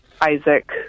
Isaac